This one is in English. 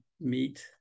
meet